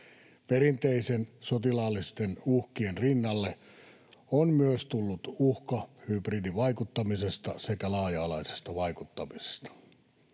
Perinteisten sotilaallisten uhkien rinnalle on tullut myös uhka hybridivaikuttamisesta sekä laaja-alaisesta vaikuttamisesta.